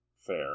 Fair